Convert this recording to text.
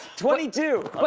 twenty two! but